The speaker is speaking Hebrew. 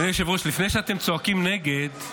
אדוני היושב-ראש, לפני שאתם צועקים "נגד",